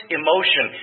emotion